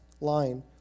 line